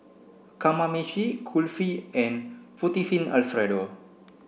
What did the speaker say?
Kamameshi Kulfi and Fettuccine Alfredo